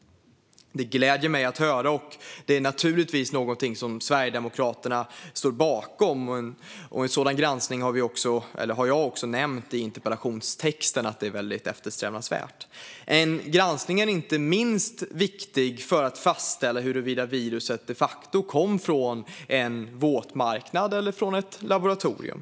Det gläder mig att höra, och det är naturligtvis någonting som Sverigedemokraterna står bakom. Att en sådan granskning är eftersträvansvärd har jag också nämnt i min interpellation. En granskning är viktig inte minst för att fastställa huruvida viruset de facto kom från en våtmarknad eller från ett laboratorium.